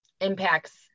impacts